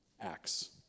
Acts